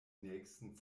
nächsten